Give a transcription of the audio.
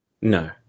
No